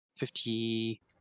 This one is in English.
Fifty